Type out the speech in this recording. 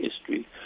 history